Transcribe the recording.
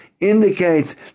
indicates